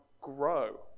grow